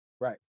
Right